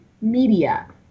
media